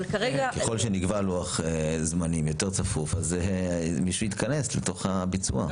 ככל שנקבע לוח זמנים יותר צפוף אז מישהו יתכנס לתוך הביצוע.